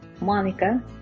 Monica